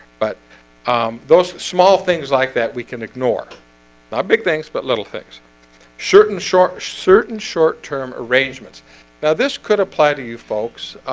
but um those small things like that. we can ignore not big things but little things certain short certain short-term arrangements now this could apply to you folks